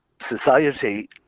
society